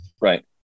Right